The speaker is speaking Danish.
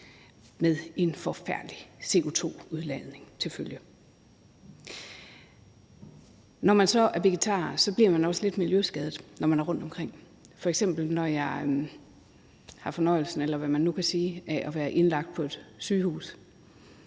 med en forfærdelig CO2-udledning til følge. Når man så er vegetar, bliver man også lidt miljøskadet, når man er rundtomkring. Når jeg f.eks. har fornøjelsen, eller hvad man nu kan sige,